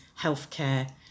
healthcare